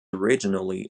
originally